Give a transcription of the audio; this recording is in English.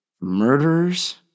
murderers